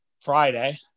Friday